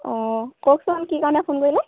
অঁ কওকচোন কি কাৰণে ফোন কৰিলে